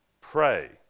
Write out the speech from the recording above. pray